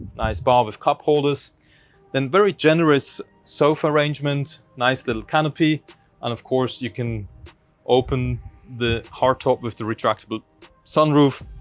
nice bar with cup holders then very generous sofa arrangement nice little canopy and of course you can open the hardtop with the retractable sunroof